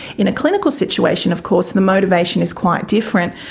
in a clinical situation of course the motivation is quite different.